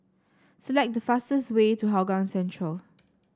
select the fastest way to Hougang Central